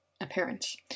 appearance